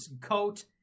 coat